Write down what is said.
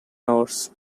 hours